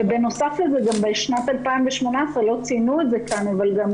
ובנוסף לזה גם בשנת 2018 לא ציינו את זה כאן אבל גם